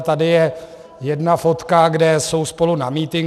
Tady je jedna fotka, kde jsou spolu na mítinku.